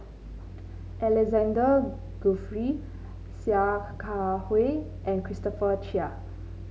Alexander Guthrie Sia Kah Hui and Christopher Chia